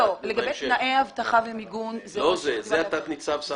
לגבי תנאי אבטחה ומיגון -- זה תת ניצב.